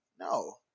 no